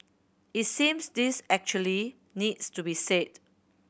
it seems this actually needs to be said